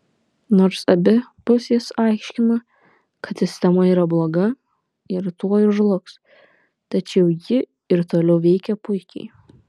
nors abi pusės aiškina kad sistema yra bloga ir tuoj žlugs tačiau ji ir toliau veikia puikiai